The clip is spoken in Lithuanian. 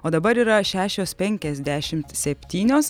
o dabar yra šešios penkiasdešimt septynios